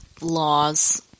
laws